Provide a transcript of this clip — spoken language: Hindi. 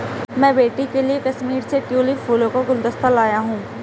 मैं बेटी के लिए कश्मीर से ट्यूलिप फूलों का गुलदस्ता लाया हुं